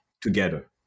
together